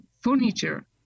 furniture